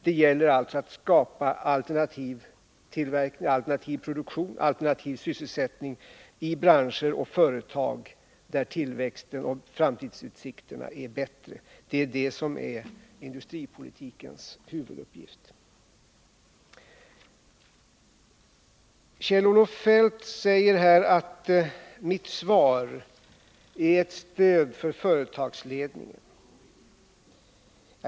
Det gäller alltså att skapa alternativ produktion, aktiv sysselsättning i branscher och företag där tillväxten och framtidsutsikterna är bättre. Det är det som är industripolitikens huvuduppgift. Kjell-Olof Feldt säger att mitt svar är ett stöd för företagsledningen.